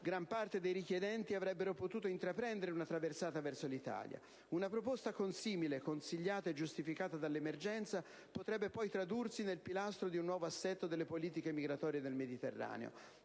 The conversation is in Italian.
(gran parte dei richiedenti avrebbero potuto intraprendere una traversata verso l'Italia). Una proposta consimile, consigliata e giustificata dall'emergenza, potrebbe poi tradursi nel pilastro di un nuovo assetto delle politiche migratorie nel Mediterraneo.